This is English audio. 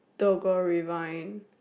Dokgo Rewind